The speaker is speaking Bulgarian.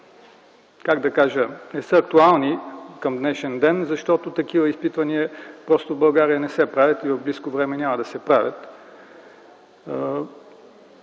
не са актуални към днешен ден, защото такива изпитвания, просто в България, не се правят и в близко време няма да се правят.